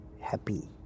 happy